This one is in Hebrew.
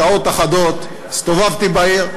שעות אחדות הסתובבתי בעיר,